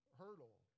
hurdle